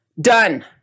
Done